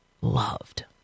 loved